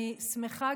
אני שמחה,